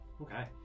Okay